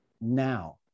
now